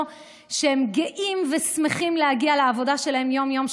שהם גאים ושמחים להגיע לעבודה שלהם יום-יום,